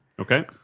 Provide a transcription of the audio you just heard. Okay